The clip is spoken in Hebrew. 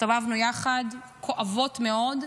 הסתובבנו יחד כואבות מאוד,